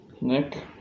Nick